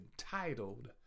entitled